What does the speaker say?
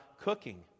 cooking